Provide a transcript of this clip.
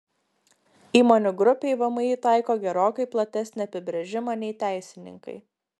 įmonių grupei vmi taiko gerokai platesnį apibrėžimą nei teisininkai